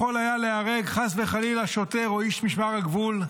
יכול היה להיהרג חס וחלילה שוטר או איש משמר הגבול,